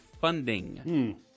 funding